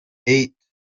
eight